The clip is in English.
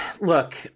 look